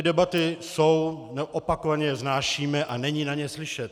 Debaty opakovaně vznášíme a není na ně slyšet.